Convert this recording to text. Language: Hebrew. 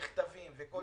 הנכות.